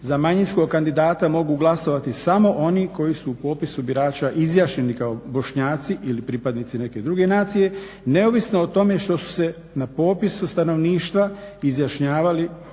za manjinskog kandidata mogu glasovati samo oni koji su u popisu birača izjašnjeni kao Bošnjaci ili pripadnici neke druge nacije neovisno o tome što su se na popisu stanovništva izjašnjavali